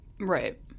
Right